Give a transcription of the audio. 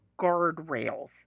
guardrails